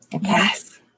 Yes